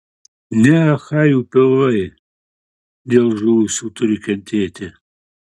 ne achajų pilvai dėl žuvusių turi kentėti